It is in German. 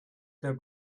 der